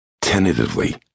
Tentatively